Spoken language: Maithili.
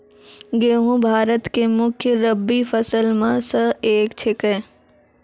गेहूँ भारत के मुख्य रब्बी फसल मॅ स एक छेकै